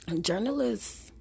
journalists